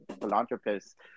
philanthropist